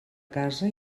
casa